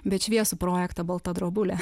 bet šviesų projektą balta drobulė